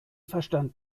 verstand